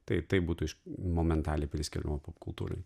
tai tai būtų momentaliai priskiriama popkultūrai